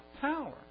power